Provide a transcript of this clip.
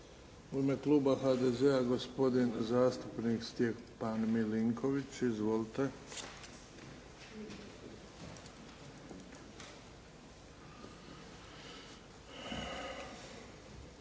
U ime kluba HDZ-a, gospodin zastupnik Stjepan Milinković. Izvolite.